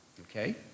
Okay